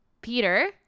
Peter